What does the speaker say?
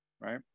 right